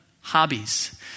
hobbies